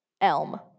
elm